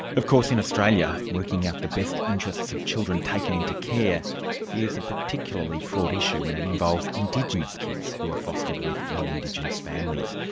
of course, in australia, working out the best interests of children taken into care is a particularly fraught issue when it involves indigenous kids who are fostered with non-indigenous families.